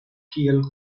kiel